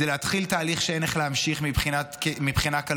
זה להתחיל תהליך שאין איך להמשיך מבחינה כלכלית.